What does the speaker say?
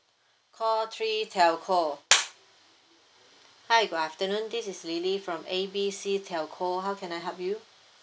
call three telco hi good afternoon this is lily from A B C telco how can I help you